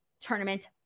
Tournament